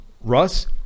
Russ